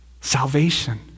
Salvation